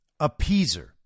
appeaser